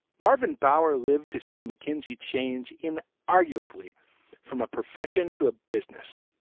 marvin bower lived to see mckenzie change in arguably from a profession to a business.